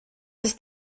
ist